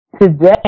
Today